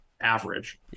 average